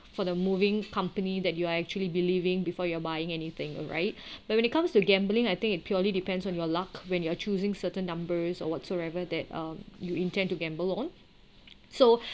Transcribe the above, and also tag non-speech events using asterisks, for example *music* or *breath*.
for the moving company that you are actually believing before you're buying anything right *breath* but when it comes to gambling I think it purely depends on your luck when you're choosing certain numbers or whatsoever that um you intend to gamble on so *breath*